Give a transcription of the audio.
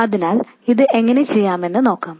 അതിനാൽ ഇത് എങ്ങനെ ചെയ്യാമെന്ന് നോക്കാം